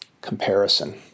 comparison